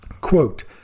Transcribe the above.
Quote